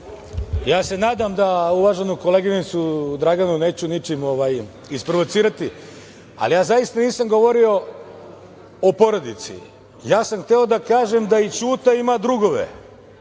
Ja se nadam da uvaženu koleginicu Draganu neću ničim isprovocirati, ali ja zaista nisam govorio o porodici. Ja sam hteo da kažem da i Ćuta ima drugove